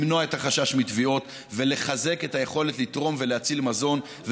למנוע את החשש מתביעות ולחזק את היכולת לתרום ולהציל מזון,